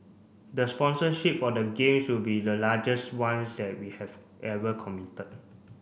the sponsorship for the Games will be the largest ones that we have ever committed